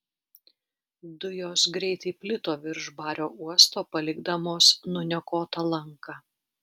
dujos greitai plito virš bario uosto palikdamos nuniokotą lanką